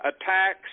attacks